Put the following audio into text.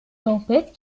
tempêtes